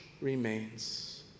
remains